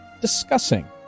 discussing